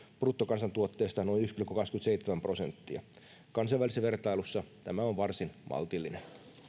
bruttokansantuotteesta noin yksi pilkku kaksikymmentäseitsemän prosenttia kansainvälisessä vertailussa tämä on varsin maltillinen